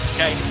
Okay